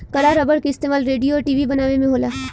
कड़ा रबड़ के इस्तमाल रेडिओ आ टी.वी बनावे में होला